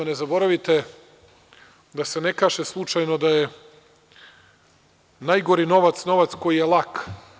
Ne zaboravite da se ne kaže slučajno da je najgori novac, novac koji je lak.